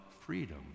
freedom